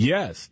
Yes